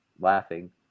laughing